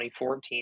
2014